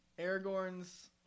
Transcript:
Aragorn's